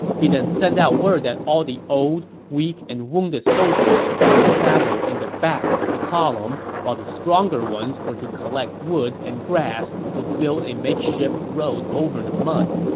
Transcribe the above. he then sent out word that all the old, weak, and wounded soldiers were to travel in the back of the column, while the stronger ones were to collect wood and grass to build a makeshift road over the mud.